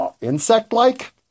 Insect-like